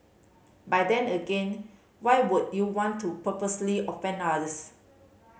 but then again why would you want to purposely offend others